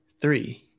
three